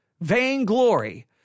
vainglory